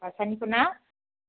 हौवासानिखौ ना